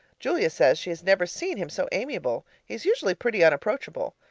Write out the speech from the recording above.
julia says she has never seen him so amiable he's usually pretty unapproachable.